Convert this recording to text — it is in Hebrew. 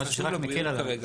זה משהו שרק מקל עליהם.